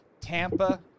Tampa